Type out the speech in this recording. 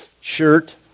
shirt